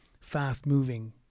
fast-moving